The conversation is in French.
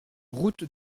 route